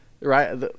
right